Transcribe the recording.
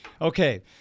Okay